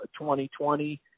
2020